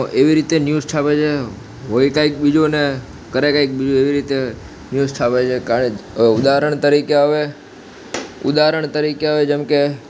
એવી રીતે ન્યૂઝ છાપે છે હોય કંઈક બીજું ને કરે કંઈક બીજું એવી રીતે ન્યૂઝ છાપે છે ઉદાહરણ તરીકે હવે ઉદાહરણ તરીકે હવે જેમકે